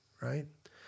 right